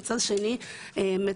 ומצד שני מציאת